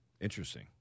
Interesting